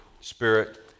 spirit